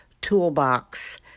toolbox